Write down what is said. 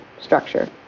structure